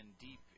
deep